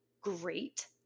great